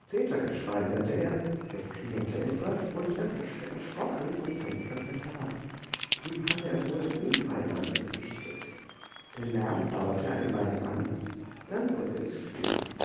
zetergeschrei hörte er es klirrte etwas und er rutschte erschrocken vom fensterbrett herab drüben hatte er wohl ein unheil angerichtet der lärm dauerte eine weile an dann wurde es still